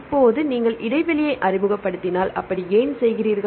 இப்போது நீங்கள் இடைவெளியை அறிமுகப்படுத்தினால் அப்படி ஏன் செய்கிறீர்கள்